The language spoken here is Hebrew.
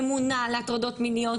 אם יש לכם ממונה על הטרדות מיניות,